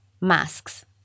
masks